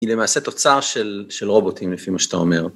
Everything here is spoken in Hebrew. היא למעשה תוצר של-של רובוטים, לפי מה שאתה אומר.